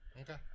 Okay